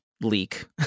leak